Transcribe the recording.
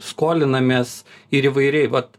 skolinamės ir įvairiai vat